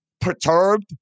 perturbed